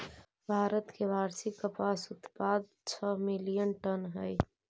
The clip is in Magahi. भारत के वार्षिक कपास उत्पाद छः मिलियन टन हई